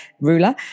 ruler